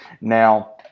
Now